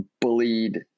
bullied